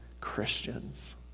Christians